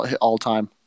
all-time